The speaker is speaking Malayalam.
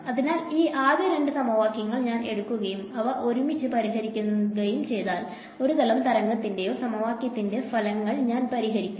അതിനാൽ ഈ ആദ്യ രണ്ട് സമവാക്യങ്ങൾ ഞാൻ എടുക്കുകയും ഞാൻ അവയെ ഒരുമിച്ച് പരിഹരിക്കുകയും ചെയ്താൽ ഒരു തലം തരംഗത്തിന്റെയോ സമവാക്യത്തിന്റെ ഫലങ്ങൾ ഞാൻ പരിഹരിക്കും